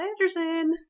anderson